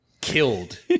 killed